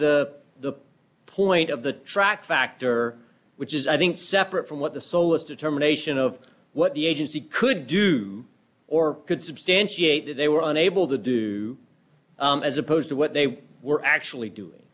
the point of the track factor which is i think separate from what the soul is determination of what the agency could do or could substantiate that they were unable to do as opposed to what they were actually doing